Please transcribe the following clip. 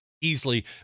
easily